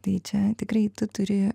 tai čia tikrai tu turi